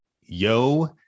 yo